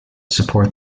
support